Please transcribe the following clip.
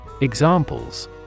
Examples